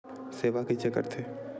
सेवा कइसे करथे?